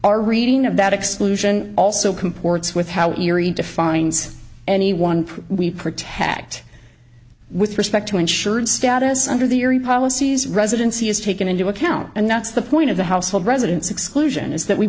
our reading of that exclusion also comports with how erie defines anyone we protect with respect to insured status under the policies residency is taken into account and that's the point of the household residence exclusion is that we